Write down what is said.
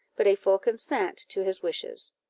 but a full consent to his wishes.